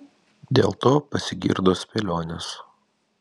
dėl to pasigirdo spėlionės